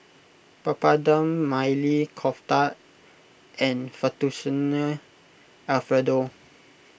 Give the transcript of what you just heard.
Papadum Maili Kofta and Fettuccine Alfredo